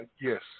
Yes